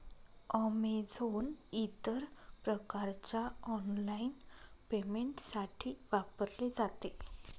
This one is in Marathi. अमेझोन इतर प्रकारच्या ऑनलाइन पेमेंटसाठी वापरले जाते